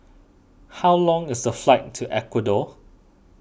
how long is the flight to Ecuador